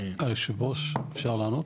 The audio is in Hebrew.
היושב ראש, אפשר לענות?